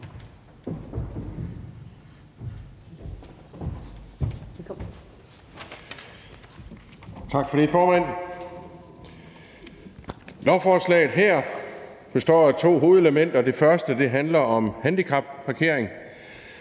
Tak for det, formand. Lovforslaget her består af to hovedelementer. Det første handler om handicapparkering.